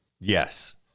Yes